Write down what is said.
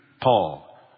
Paul